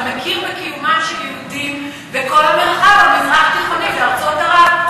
אתה מכיר בקיומם של יהודים בכל המרחב המזרח-תיכוני וארצות ערב,